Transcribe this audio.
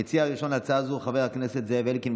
המציע הראשון להצעה הזו הוא חבר הכנסת זאב אלקין.